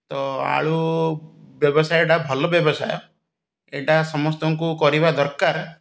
ତ ଆଳୁ ବ୍ୟବସାୟଟା ଭଲ ବ୍ୟବସାୟ ଏଇଟା ସମସ୍ତଙ୍କୁ କରିବା ଦରକାର